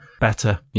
better